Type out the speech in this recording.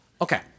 Okay